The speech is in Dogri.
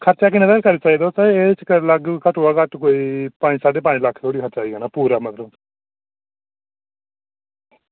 खर्चा किन्ना तोड़ी करी सकदे तुस एह् घट्ट कशा घट्ट कोई पंज साढ़े पंज लक्ख धोड़ी खर्चा आई जाना पूरा मतलब